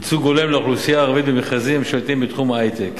ייצוג הולם לאוכלוסייה הערבית במכרזים הממשלתיים בתחום ההיי-טק.